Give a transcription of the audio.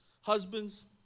husbands